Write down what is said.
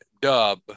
Dub